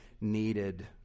needed